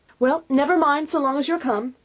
well! never mind so long as you are come,